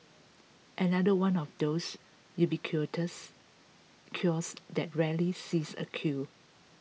another one of those ubiquitous kiosks that rarely sees a queue